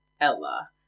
Ella